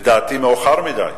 לדעתי מאוחר מדי,